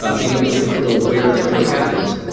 ah being able to control where this work happens.